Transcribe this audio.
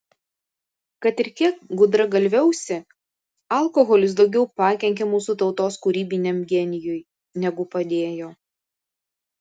kad ir kiek gudragalviausi alkoholis daugiau pakenkė mūsų tautos kūrybiniam genijui negu padėjo